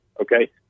Okay